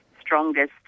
strongest